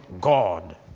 God